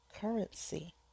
currency